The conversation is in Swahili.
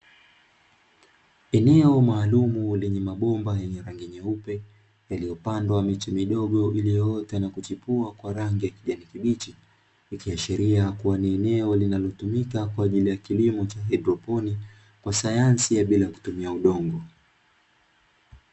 Eneo maalumu lenye mabomba yenye rangi nyeupe, lililopandwa miche midogo, iliyoota na kuchipua kwa rangi ya kijani kibichi ikiashiria ni eneo linalotumika kwa ajili ya kilimo cha haidroponi kwa sayansi bila kutumia udongo.